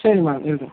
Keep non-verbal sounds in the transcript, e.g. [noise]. சரி மேம் [unintelligible]